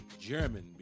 German